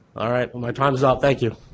all right, well my time's up, thank you.